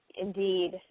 Indeed